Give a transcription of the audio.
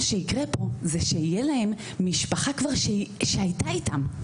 מה שיקרה פה זה שיהיה להם משפחה שהייתה איתם.